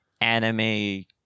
anime